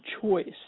choice